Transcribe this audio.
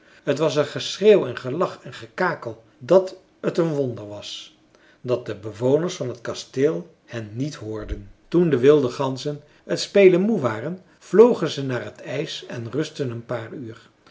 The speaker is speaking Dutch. t was een geschreeuw en een gelach en gekakel dat het een wonder was dat de bewoners van het kasteel hen niet hoorden toen de wilde ganzen het spelen moe waren vlogen ze naar het ijs en rustten een paar uur